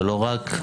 ולא רק,